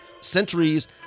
centuries